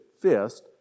fist